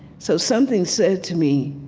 so something said to me,